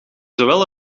zowel